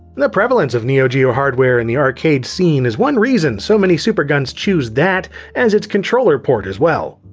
the prevalence of neo geo hardware in the arcade scene is one reason so many superguns choose that as its controller port as well.